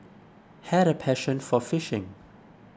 had a passion for fishing